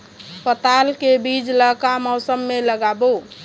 पताल के बीज ला का मौसम मे लगाबो?